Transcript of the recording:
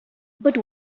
but